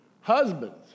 Husbands